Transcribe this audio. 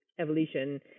evolution